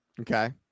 Okay